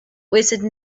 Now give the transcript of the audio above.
wasted